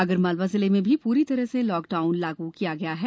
आगर मालवा जिले में भी पूरी तरह से लॉकडाउन लागू कर दिया गया है